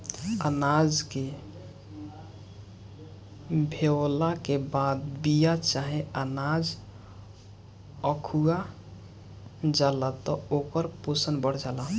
अनाज के भेवला के बाद बिया चाहे अनाज अखुआ जाला त ओकर पोषण बढ़ जाला